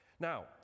Now